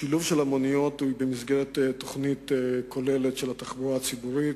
שילוב המוניות הוא במסגרת תוכנית כוללת של התחבורה הציבורית.